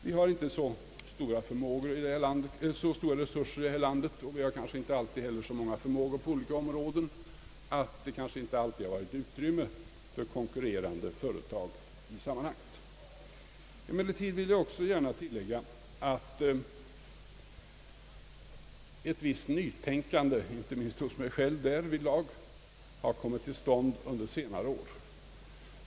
Vi har inte så stora resurser i det här landet och kanske inte alltid heller så många förmågor på olika områden att det funnits utrymme för konkurrerande företag i sammanhanget. Ett visst nytänkande — inte minst hos mig själv — har kommit till stånd under senare år.